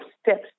steps